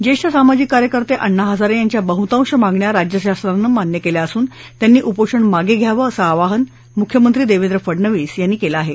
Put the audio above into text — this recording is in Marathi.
ज्येष्ठ सामाजिक कार्यकर्ते अण्णा हजारे यांच्या बह्तांश मागण्या राज्यशासनानं मान्य केल्या असून त्यांनी उपोषण मागे घ्यावं असं आवाहन मुख्यमंत्री देवेंद्र फडणवीस यांनी केलं आहे